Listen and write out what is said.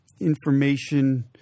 information